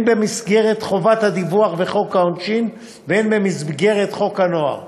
הן במסגרת חובת הדיווח וחוק העונשין והן במסגרת חוק הנוער